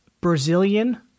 Brazilian